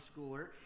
schooler